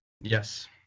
Yes